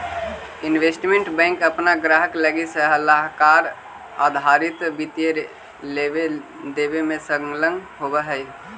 investment bank अपना ग्राहक लगी सलाहकार आधारित वित्तीय लेवे देवे में संलग्न होवऽ हई